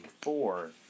four